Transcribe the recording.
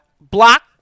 block